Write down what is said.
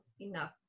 enough